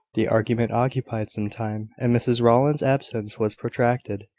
the argument occupied some time, and mrs rowland's absence was protracted.